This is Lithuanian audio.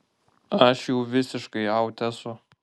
aš jau visiškai aut esu